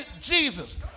Jesus